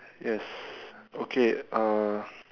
yes okay uh